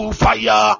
fire